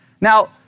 Now